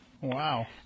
Wow